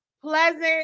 pleasant